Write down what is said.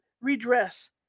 redress